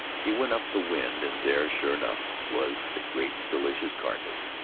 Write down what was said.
he went up the wind, and there, sure enough, was the great delicious carcass,